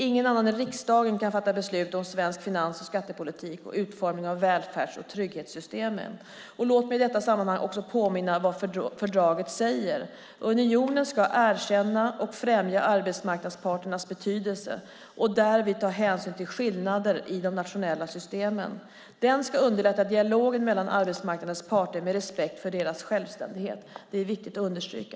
Ingen annan än riksdagen kan fatta beslut om svensk finans och skattepolitik och utformningen av välfärds och trygghetssystemen. Låt mig i detta sammanhang påminna om vad fördraget säger, nämligen att unionen ska erkänna och främja arbetsmarknadsparternas betydelse och därvid ta hänsyn till skillnader i de nationella systemen. Den ska underlätta dialogen mellan arbetsmarknadens parter med respekt för deras självständighet. Detta är viktigt att understryka.